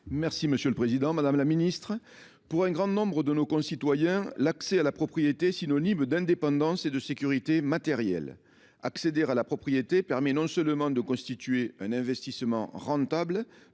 Marc. Monsieur le président, madame la ministre, mes chers collègues, pour un grand nombre de nos concitoyens, l’accès à la propriété est synonyme d’indépendance et de sécurité matérielle. Accéder à la propriété permet non seulement de constituer un investissement rentable,